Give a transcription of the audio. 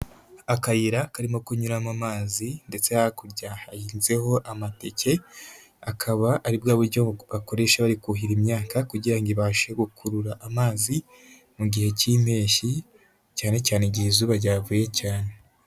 Akayira karimo kunyuramo amazi, ndetse hakurya hahinzeho amateke, akaba ari bwo buryo bakoresha bari kuhira imyaka, kugira ngo ibashe gukurura amazi mu gihe cy'impeshyi cyane cyane igihe izuba ryavuye cyane.